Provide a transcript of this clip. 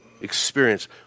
experience